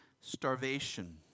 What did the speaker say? starvation